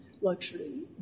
luxury